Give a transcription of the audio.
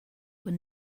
were